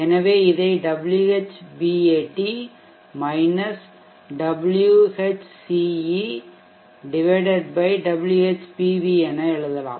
எனவே இதை Whbat Whce WhPV என எழுதலாம்